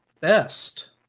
best